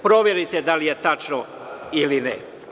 Proverite da li je tačno ili ne.